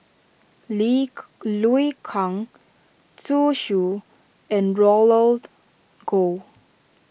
Liu Kang Zhu Xu and Roland Goh